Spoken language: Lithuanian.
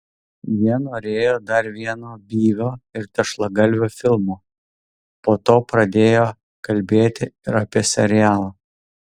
jie norėjo dar vieno byvio ir tešlagalvio filmo po to pradėjo kalbėti ir apie serialą